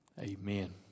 Amen